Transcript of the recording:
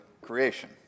creation